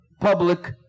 public